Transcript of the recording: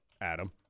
adam